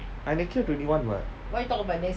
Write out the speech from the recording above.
I next year twenty one [what]